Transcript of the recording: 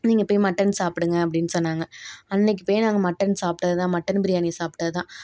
நீங்கள் போய் மட்டன் சாப்பிடுங்க அப்படின்னு சொன்னாங்க அன்னிக்கிப் போய் நாங்கள் மட்டன் சாப்பிட்டதுதான் மட்டன் பிரியாணி சாப்பிட்டதுதான்